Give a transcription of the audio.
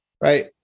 Right